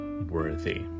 worthy